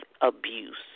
abuse